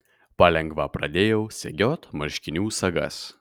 palengva pradėjau segiot marškinių sagas